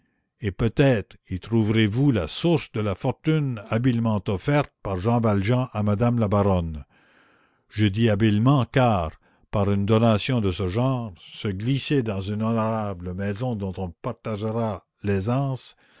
et peut-être y trouverez-vous la source de la fortune habilement offerte par jean valjean à madame la baronne je dis habilement car par une donation de ce genre se glisser dans une honorable maison dont on partagera l'aisance